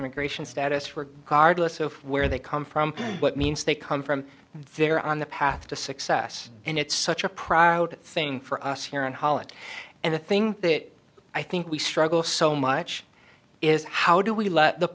immigration status for cardless if where they come from what means they come from there on the path to success and it's such a proud thing for us here in holland and the thing that i think we struggle so much is how do we let the